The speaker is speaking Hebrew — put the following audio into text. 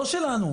לא החלטה שלנו,